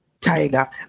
Tiger